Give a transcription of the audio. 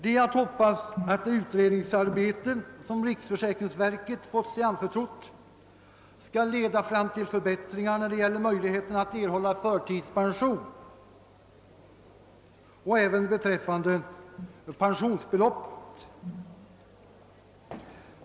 Det är att hoppas att det utredningsarbete, som riksförsäkringsverket fått sig anförtrott, skall leda fram till förbättringar när det gäller möjligheten att erhålla förtidspension och också när det gäller pensionsbeloppet.